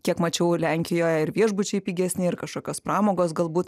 kiek mačiau lenkijoj ir viešbučiai pigesni ir kažkokios pramogos galbūt